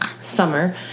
summer